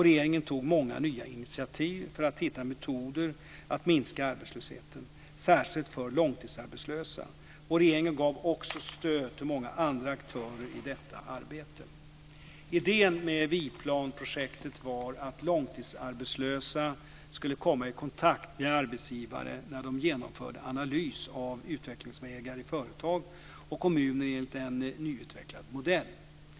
Regeringen tog många nya initiativ för att hitta metoder att minska arbetslösheten, särskilt för långtidsarbetslösa. Regeringen gav också stöd till många andra aktörer i detta arbete. Idén med Viplanprojektet var att långtidsarbetslösa skulle komma i kontakt med arbetsgivare när dessa genomförde analys av utvecklingsvägar i företag och kommuner enligt en nyutvecklad modell.